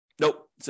Nope